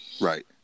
Right